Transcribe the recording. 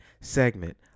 segment